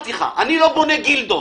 אמרתי לך, אני לא בונה גילדה.